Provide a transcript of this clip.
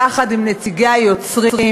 יחד עם נציגי היוצרים,